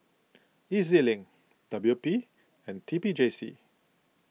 E Z Link W P and T P J C